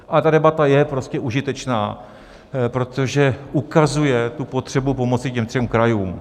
Ale ta debata je prostě užitečná, protože ukazuje potřebu pomoci těm třem krajům.